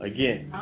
Again